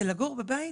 זה לגור בבית